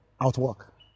outwork